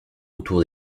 autour